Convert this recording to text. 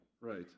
Right